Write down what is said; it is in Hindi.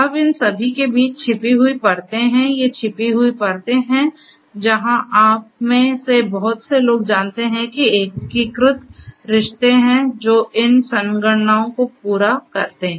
अब इन सभी के बीच छिपी हुई परतें हैं ये छिपी हुई परतें हैं जहां आप में से बहुत से लोग जानते हैं कि एकीकृत रिश्ते हैं जो इन संगणनाओं को पूरा करते हैं